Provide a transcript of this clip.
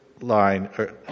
line